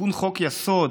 תיקון חוק-יסוד